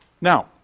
Now